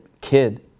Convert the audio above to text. kid